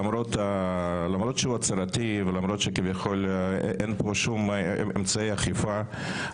למרות שהוא הצהרתי ולמרות שכביכול אין כאן שום אמצעי אכיפה,